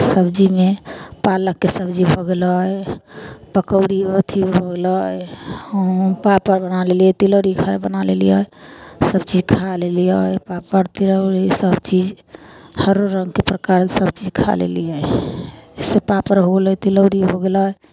सब्जीमे पालकके सब्जी भऽ गेलै पकौड़ी अथी भऽ गेलै हँ पापड़ बना लेलिए तिलौड़ी थोड़े बना लेलिए सबचीज खा लेलिए पापड़ तिलौड़ी सबचीज हर रङ्गके प्रकारके सबचीज खा लेलिए जइसे पापड़ हो गेलै तिलौड़ी हो गेलै